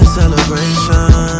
celebration